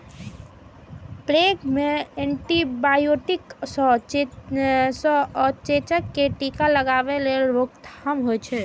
plague कें antibiotic सं आ चेचक कें टीका लगेला सं रोकथाम होइ छै